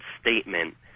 statement